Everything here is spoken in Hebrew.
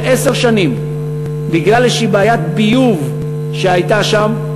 עשר שנים בגלל איזושהי בעיית ביוב שהייתה שם.